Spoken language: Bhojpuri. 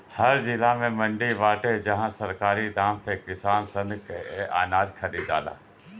हर जिला में मंडी बाटे जहां सरकारी दाम पे किसान सन के अनाज खरीदाला